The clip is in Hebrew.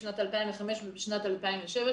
בשנת 2005 ובשנת 2007,